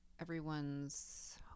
everyone's